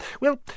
Well